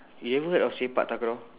you ever heard of sepak takraw